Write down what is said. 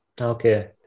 Okay